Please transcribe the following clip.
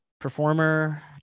performer